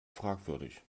fragwürdig